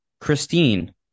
Christine